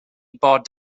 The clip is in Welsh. bod